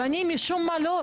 מאיפה